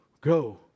Go